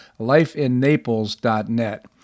LifeInNaples.net